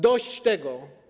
Dość tego.